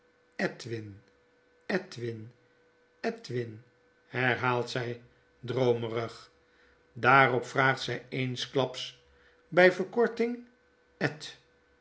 edwin edwin edwin herhaalt zy droomerig daarop vraagt zy eensklaps by verkortihg ed